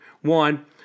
One